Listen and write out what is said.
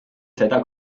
seda